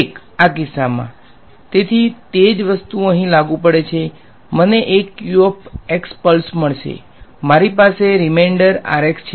1 આ કિસ્સામાં તેથી તે જ વસ્તુ અહીં લાગુ પડે છે મને એક પલ્સ મળશે મારી પાસે રીમેઈનડર છે